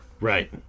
Right